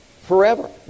forever